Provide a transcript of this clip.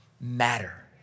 matter